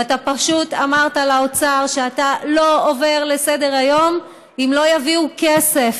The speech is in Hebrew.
ואתה פשוט אמרת לאוצר שאתה לא עובר לסדר היום אם לא יביאו כסף.